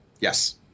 yes